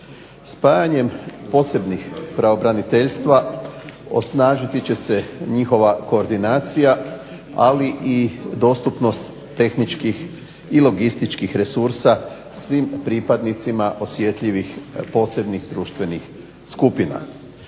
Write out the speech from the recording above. Spajanjem posebnih pravobraniteljstva osnažiti će se njihova koordinacija, ali i dostupnost tehničkih i logističkih resursa svim pripadnicima osjetljivih posebnih društvenih skupina.